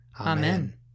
Amen